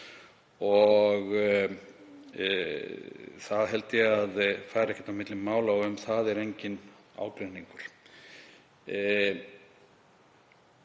Það held ég að fari ekkert á milli mála og um það er enginn ágreiningur.